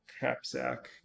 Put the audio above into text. capsack